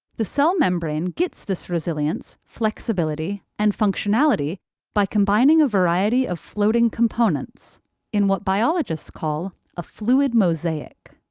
the cell membrane gets this resilience, flexibility, and functionality by combining a variety of floating components in what biologists call a fluid mosaic.